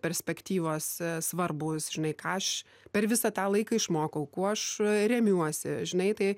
perspektyvos svarbūs žinai ką aš per visą tą laiką išmokau kuo aš remiuosi žinai tai